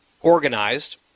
organized